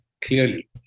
clearly